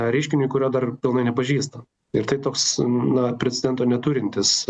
reiškinį kurio dar pilnai nepažįstam ir tai toks na precedento neturintis